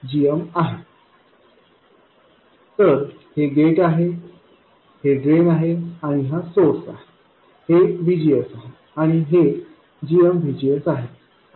तर हे गेट आहे हे ड्रेन आहे आणि हा सोर्स source स्रोत आहे हे V GSआहे आणि हे gmVGS आहे आणि हे इन्क्रिमेंटल VDSआहे